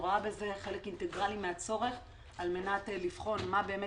שאני רואה בזה חלק אינטגרלי מהצורך על מנת לבחון מה באמת